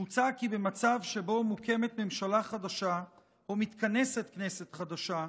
מוצע כי במצב שבו מוקמת ממשלה חדשה ומתכנסת כנסת חדשה,